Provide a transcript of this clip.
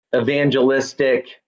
evangelistic